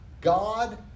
God